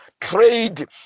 trade